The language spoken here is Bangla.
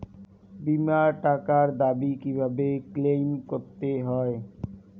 বিমার টাকার দাবি কিভাবে ক্লেইম করতে হয়?